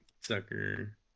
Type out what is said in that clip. sucker